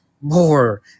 more